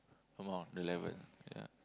amount the level yeah